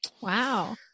Wow